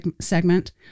segment